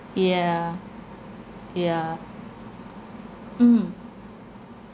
yeah yeah mm